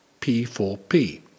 P4P